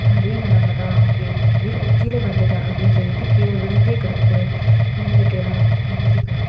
அதே நிலமை தான் அங்கே கீழே விழுந்துட்டு அப்டின்னு சொல்லிட்டு கீழே விழுந்து கடக்க கூடாது விழுந்துட்டேனா எந்திரிக்கணும்